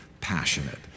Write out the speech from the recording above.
passionate